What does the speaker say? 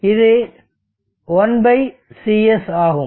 இது ICS ஆகும்